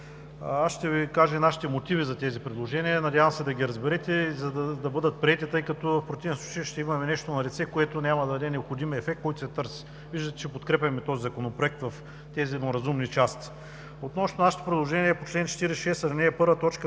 Аз ще Ви кажа и нашите мотиви за тези предложения. Надявам се да ги разберете, за да бъдат приети, тъй като в противен случай ще имаме нещо налице, което няма да даде необходимия ефект, който се търси. Виждате, че подкрепяме този законопроект в разумните му части. Относно нашето предложение по чл. 46, ал. 1, т.